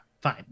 Fine